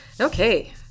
Okay